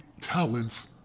talents